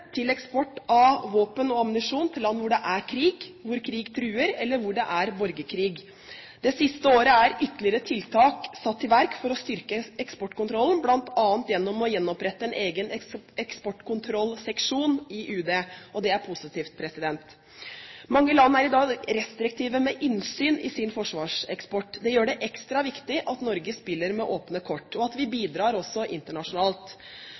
til eksport av våpen og ammunisjon til land hvor det er krig, hvor krig truer, eller hvor det er borgerkrig. Det siste året er ytterligere tiltak satt i verk for å styrke eksportkontrollen, bl.a. ved å gjenopprette en egen eksportkontrollseksjon i UD. Det er positivt. Mange land er i dag restriktive med hensyn til innsyn i sin forsvarseksport. Det gjør det ekstra viktig at Norge spiller med åpne kort, og at vi bidrar internasjonalt.